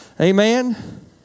Amen